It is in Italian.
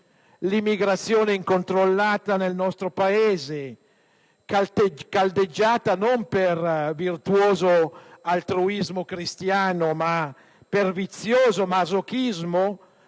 L'immigrazione incontrollata nel nostro Paese, caldeggiata non per virtuoso altruismo cristiano, ma per vizioso masochismo,